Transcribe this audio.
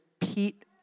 Pete